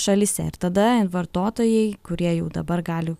šalyse ir tada vartotojai kurie jau dabar gali